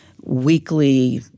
weekly